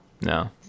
No